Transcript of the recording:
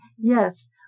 Yes